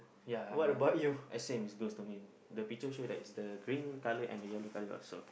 ya I same is goes to me the picture show that is the green colour and the yellow colour also